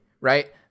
right